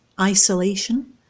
isolation